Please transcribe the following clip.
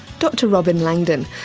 dr robyn langdon,